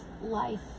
life